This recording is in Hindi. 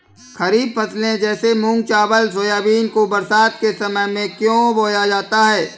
खरीफ फसले जैसे मूंग चावल सोयाबीन को बरसात के समय में क्यो बोया जाता है?